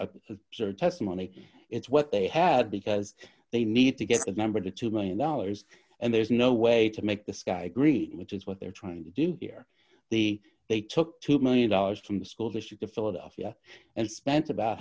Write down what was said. a sort of testimony it's what they have because they need to get that number two million dollars and there's no way to make the sky green which is what they're trying to do here the they took two million dollars from the school district of philadelphia and spent about